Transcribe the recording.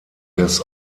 des